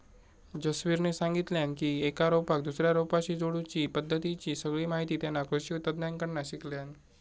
जसवीरने सांगितल्यान की एका रोपाक दुसऱ्या रोपाशी जोडुची पद्धतीची सगळी माहिती तेना कृषि तज्ञांकडना शिकल्यान